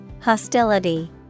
Hostility